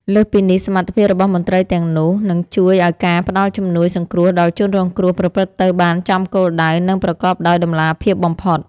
លើសពីនេះ សមត្ថភាពរបស់មន្ត្រីទាំងនោះ នឹងជួយឱ្យការផ្ដល់ជំនួយសង្គ្រោះដល់ជនរងគ្រោះប្រព្រឹត្តទៅបានចំគោលដៅ និងប្រកបដោយតម្លាភាពបំផុត។